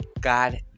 God